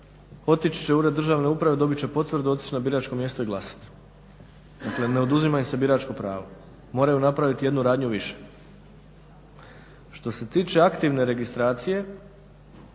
otići će u ured državne uprave, dobit će potvrdu, otići na biračko mjesto i glasati. Dakle, ne oduzima im se biračko pravo. Moraju napraviti jednu radnju više. Što se tiče aktivne registracije